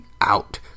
out